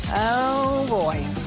oh boy.